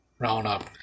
Roundup